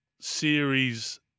series